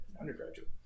undergraduate